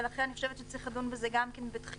ולכן אני חושבת שצריך לדון בזה גם כן בדחיפות.